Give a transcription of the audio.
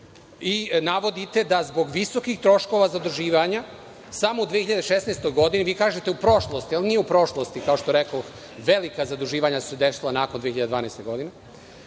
i navodite da zbog visokih troškova zaduživanja samo u 2016. godini, vi kažete u prošlosti, ali nije u prošlosti kao što rekoh velika zaduživanja su došla nakon 2012. godine.